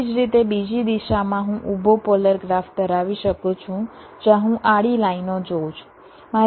તેવી જ રીતે બીજી દિશામાં હું ઊભો પોલર ગ્રાફ ધરાવી શકું છું જ્યાં હું આડી લાઇનો જોઉં છું